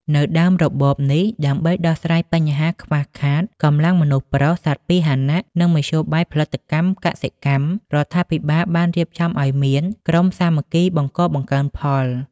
នៅដើមរបបនេះ ដើម្បីដោះស្រាយបញ្ហាខ្វះខាតកម្លាំងមនុស្សប្រុស សត្វពាហនៈ និងមធ្យោបាយផលិតកម្មកសិកម្ម រដ្ឋាភិបាលបានរៀបចំឱ្យមាន "ក្រុមសាមគ្គីបង្កបង្កើនផល"។